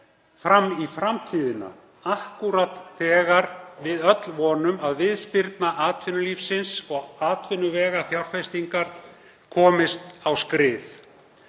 fram í framtíðina, akkúrat þegar við öll vonum að viðspyrna atvinnulífsins og atvinnuvegafjárfestingar komist á skrið.